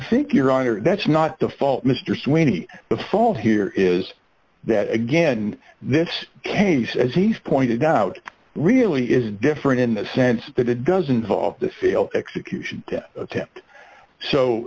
think your honor that's not the fault mr sweeney the fault here is that again this case as he's pointed out really is different in the sense that it doesn't involve the sale execution attempt so